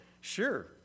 sure